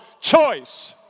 choice